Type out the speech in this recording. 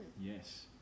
Yes